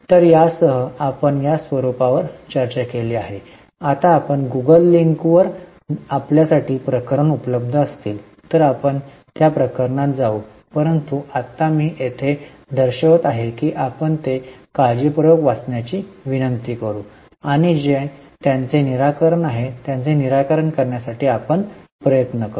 तर यासह आपण या स्वरूपावर चर्चा केली आहे आता आपण गूगल लिंकवर आपल्यासाठी प्रकरण उपलब्ध असतील तर आपण त्या प्रकरणात जाऊ परंतु आत्ता मी ते येथे दर्शवित आहे की आपण ते काळजीपूर्वक वाचण्याची विनंती करू आणि जे त्यांचे निराकरण आहे त्यांचे निराकरण करण्यासाठी आपण प्रयत्न करू